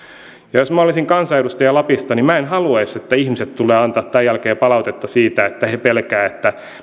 jos minä olisin kansanedustaja lapista niin minä en haluaisi että ihmiset tulevat antamaan tämän jälkeen palautetta siitä että he pelkäävät